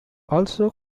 also